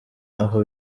aho